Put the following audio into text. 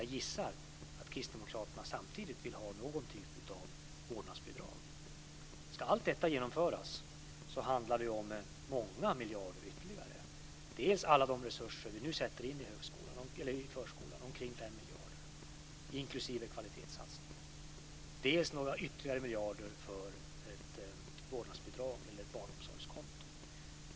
Jag gissar att Kristdemokraterna samtidigt vill ha någon typ av vårdnadsbidrag. Ska allt detta genomföras handlar det ju om många miljarder ytterligare, dels alla de resurser vi nu sätter in i förskolan, omkring 5 miljarder inklusive kvalitetssatsningen, dels några ytterligare miljarder för ett vårdnadsbidrag eller ett barnomsorgskonto.